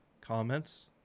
comments